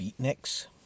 beatniks